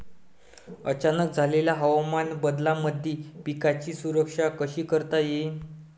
अचानक झालेल्या हवामान बदलामंदी पिकाची सुरक्षा कशी करता येईन?